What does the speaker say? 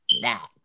Next